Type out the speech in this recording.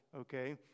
Okay